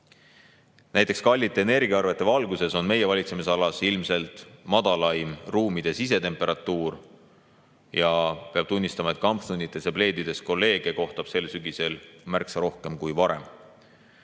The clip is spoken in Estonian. Näiteks, kallite energiaarvete valguses on meie valitsemisalas ilmselt madalaim ruumide sisetemperatuur. Ja peab tunnistama, et kampsunites ja pleedides kolleege kohtab sel sügisel märksa rohkem kui varem.